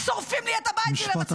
שורפים לי את הבית בלי למצמץ.